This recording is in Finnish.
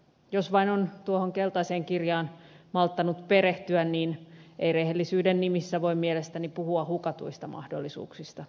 jos vain on tuohon keltaiseen kirjaan malttanut perehtyä niin ei rehellisyyden nimissä voi mielestäni puhua hukatuista mahdollisuuksista